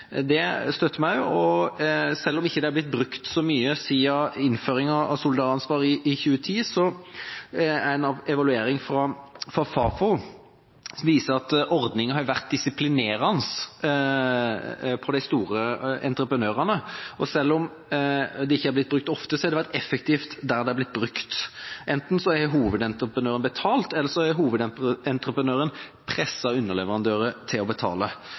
Det støtter vi også. Selv om ikke det er blitt brukt så mye siden innføringa av solidaransvar i 2010, viser en evaluering fra Fafo at ordninga har vært disiplinerende for de store entreprenørene. Selv om det ikke har blitt brukt ofte, har det vært effektivt der det har blitt brukt. Enten har hovedentreprenøren betalt, eller så har hovedentreprenøren presset underleverandøren til å betale.